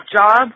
job